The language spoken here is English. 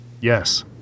Yes